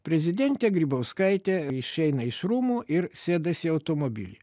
prezidentė grybauskaitė išeina iš rūmų ir sėdasi į automobilį